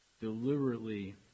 deliberately